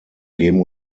geben